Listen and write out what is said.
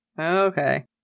Okay